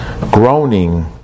groaning